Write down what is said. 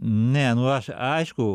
ne nu aš aišku